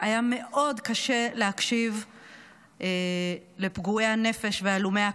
היה קשה מאוד להקשיב לפגועי הנפש ולהלומי הקרב,